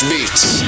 Beats